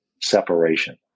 separation